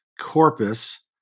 Corpus